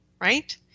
right